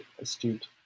astute